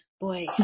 boy